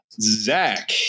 Zach